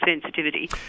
sensitivity